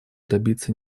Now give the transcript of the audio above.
добиться